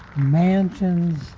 mansions